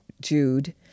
Jude